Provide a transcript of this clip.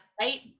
Right